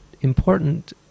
important